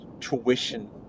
tuition